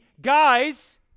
guys